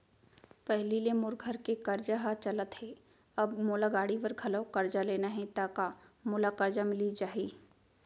पहिली ले मोर घर के करजा ह चलत हे, अब मोला गाड़ी बर घलव करजा लेना हे ता का मोला करजा मिलिस जाही?